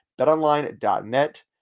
BetOnline.net